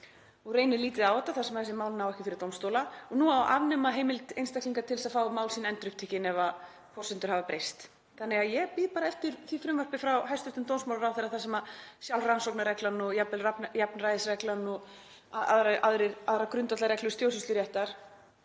nú reynir lítið á þetta þar sem þessi mál ná ekki fyrir dómstóla. Og nú á að afnema heimild einstaklinga til að fá mál sín endurupptekin ef forsendur hafa breyst. Þannig að ég bíð bara eftir frumvarpi frá hæstv. dómsmálaráðherra þar sem sjálf rannsóknarreglan og jafnvel jafnræðisreglan og aðrar grundvallarreglur stjórnsýsluréttar,